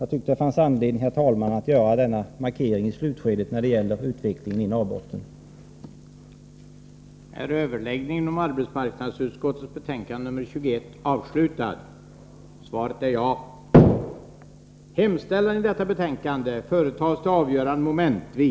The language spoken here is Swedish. Jag tyckte att det fanns anledning att göra denna markering gentemot Frida Berglunds kategoriska uttalande om hur bra det är i Norrbotten efter regimskiftet.